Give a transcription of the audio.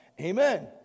Amen